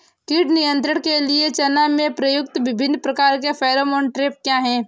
कीट नियंत्रण के लिए चना में प्रयुक्त विभिन्न प्रकार के फेरोमोन ट्रैप क्या है?